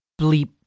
bleep